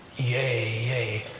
yea!